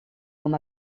com